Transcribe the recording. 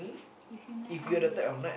if you night owl okay